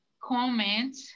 comment